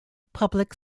public